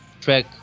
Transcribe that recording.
track